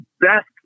best